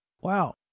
Wow